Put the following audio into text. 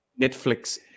Netflix